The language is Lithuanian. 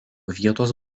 vietos